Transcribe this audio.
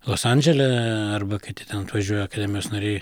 los andžele arba kiti ten atvažiuoja akademijos nariai